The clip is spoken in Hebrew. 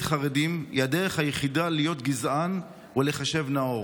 חרדים היא הדרך היחידה להיות גזען ולהיחשב נאור".